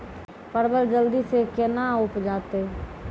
परवल जल्दी से के ना उपजाते?